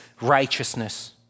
righteousness